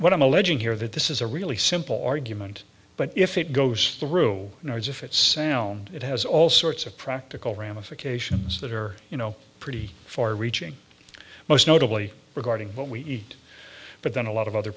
what i'm alleging here that this is a really simple argument but if it goes through the noise if it sound it has all sorts of practical ramifications that are you know pretty far reaching most notably regarding what we eat but then a lot of other